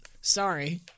Sorry